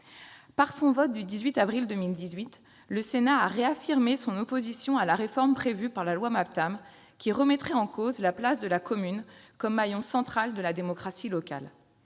Par son vote du 18 avril 2018, le Sénat a réaffirmé son opposition à la réforme prévue par la loi Maptam, qui remettrait en cause la place de la commune comme maillon central de la démocratie locale.